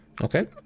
Okay